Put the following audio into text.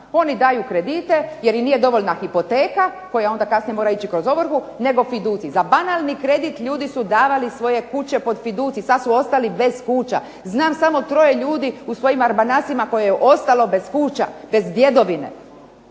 Oni daju kredite, jer im nije dovoljna hipoteka, koja onda kasnije mora ići kroz ovrhu, nego fiducij. Za banalni kredit ljudi su davali svoje kuće pod fiducij, sad su ostali bez kuća. Znam samo troje ljudi u svojim arbanasima koje je ostalo bez kuća, bez djedovine.